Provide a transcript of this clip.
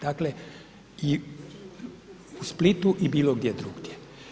Dakle i u Splitu i bilo gdje drugdje.